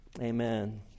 Amen